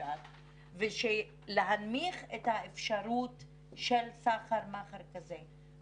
שאפשר ולהנמיך את האפשרות של סחר מכר כזה.